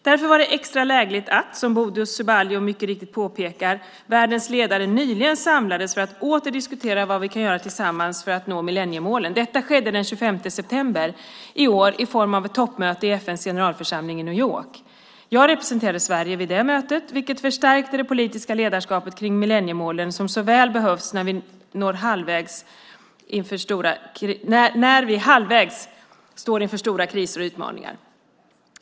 Därför var det extra lägligt att, som Bodil Ceballos mycket riktigt påpekar, världens ledare nyligen samlades för att åter diskutera vad vi kan göra tillsammans för att nå millenniemålen. Detta skedde den 25 september i år i form av ett toppmöte i FN:s generalförsamling i New York. Jag representerade Sverige vid det mötet, vilket förstärkte det politiska ledarskapet kring millenniemålen som så väl behövs när vi halvvägs står inför stora kriser och utmaningar.